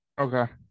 Okay